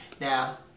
Now